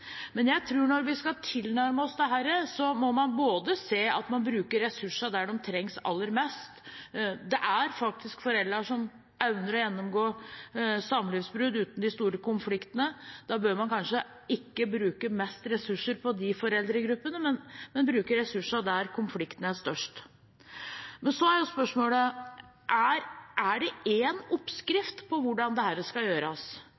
Men jeg tror at når vi skal tilnærme oss dette, må man se til at ressursene brukes der de trengs aller mest. Det er faktisk foreldre som evner å gjennomgå samlivsbrudd uten de store konfliktene, og da bør man kanskje ikke bruke mest ressurser på de foreldregruppene, men heller bruke ressursene der konfliktene er størst. Så er spørsmålet: Er det én oppskrift på hvordan dette skal gjøres?